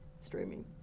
streaming